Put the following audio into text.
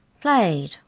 played